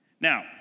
now